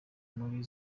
muri